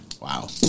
wow